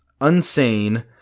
Unsane